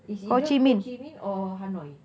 it's either ho chin minh or hanoi